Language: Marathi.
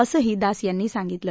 असंही दास यांनी सांगितलं